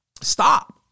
stop